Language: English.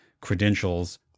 credentials